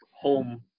home